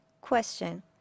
Question